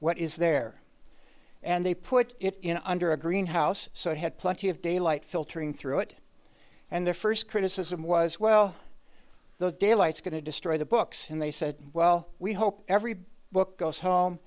what is there and they put it in under a greenhouse so it had plenty of daylight filtering through it and the first criticism was well the daylight's going to destroy the books and they said well we hope every book goes home